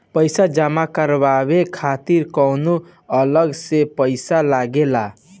पईसा जमा करवाये खातिर कौनो अलग से पईसा लगेला?